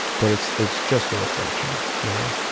but it's it's just a reflection, you know,